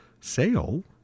sale